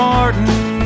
Martin